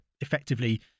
effectively